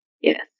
Yes